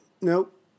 Nope